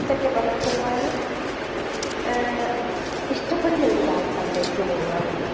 സെറ്റപ്പാണ് നമുക്ക് ഒരുപാട് ഇഷ്ടപ്പെടുന്ന ഒരിതാണ് ചന്തക്ക് പോകുകയെന്നുള്ളത്